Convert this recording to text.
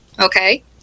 Okay